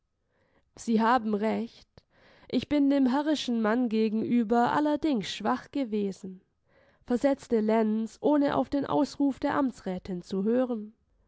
sie haben recht ich bin dem herrischen mann gegenüber allerdings schwach gewesen versetzte lenz ohne auf den ausruf der amtsrätin zu hören